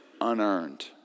unearned